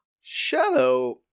Shadow